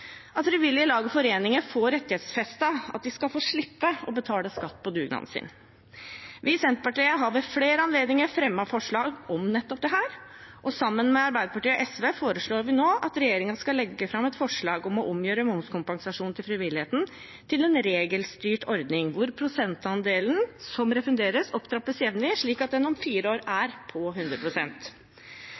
at frivillige lag og foreninger får rettighetsfestet at de skal få slippe å betale skatt på dugnaden sin. Vi i Senterpartiet har ved flere anledninger fremmet forslag om nettopp dette. Sammen med Arbeiderpartiet og SV foreslår vi nå at regjeringen skal legge fram forslag om å omgjøre momskompensasjonen til frivilligheten til en regelstyrt ordning, hvor prosentandelen som refunderes, opptrappes jevnlig, slik at den om fire år er på